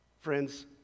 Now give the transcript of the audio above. Friends